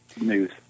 news